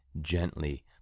gently